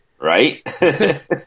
Right